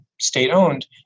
state-owned